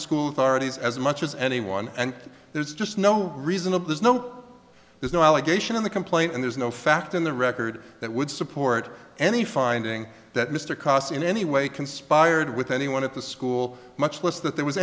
school authorities as much as anyone and there's just no reason of there's no there's no allegation in the complaint and there's no fact in the record that would support any finding that mr kos in any way conspired with anyone at the school much less that there was